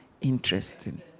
interesting